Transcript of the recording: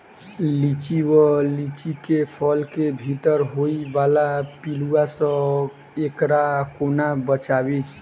लिच्ची वा लीची केँ फल केँ भीतर होइ वला पिलुआ सऽ एकरा कोना बचाबी?